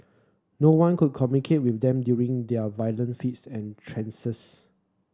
no one could communicate with them during their violent fits and trances